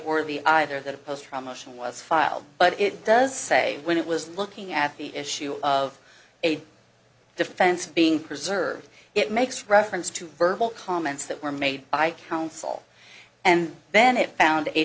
or the either that a post from motion was filed but it does say when it was looking at the issue of a defense being preserved it makes reference to verbal comments that were made by counsel and then it found a